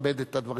הדברים.